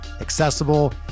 accessible